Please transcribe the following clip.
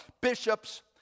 bishops